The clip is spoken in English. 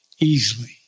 easily